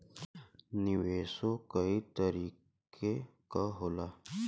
निवेशो कई तरीके क होला